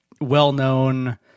well-known